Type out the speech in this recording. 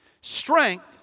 strength